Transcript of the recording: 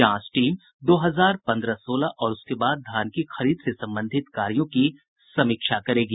जांच टीम दो हजार पंद्रह सोलह और उसके बाद धान की खरीद से संबंधित कार्यों की समीक्षा करेगी